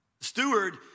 Steward